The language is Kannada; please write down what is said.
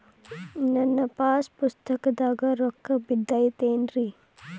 ನನ್ನ ಪಾಸ್ ಪುಸ್ತಕದಾಗ ರೊಕ್ಕ ಬಿದ್ದೈತೇನ್ರಿ?